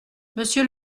monsieur